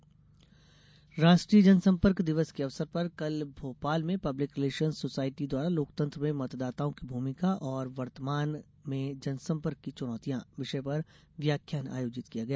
जनसंपर्क दिवस राष्ट्रीय जनसम्पर्क दिवस के अवसर पर कल भोपाल में पब्लिक रिलेशन्स सोसाइटी द्वारा लोकतंत्र में मतदाताओं की भूमिका और वर्तमान में जनसम्पर्क की चुनौतियां विषय पर व्याख्यान आयोजित किया गया